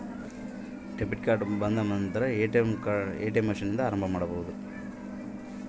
Debit ಕಾರ್ಡನ್ನು ಆರಂಭ ಮಾಡೋದು ಹೇಗೆ?